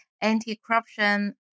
anti-corruption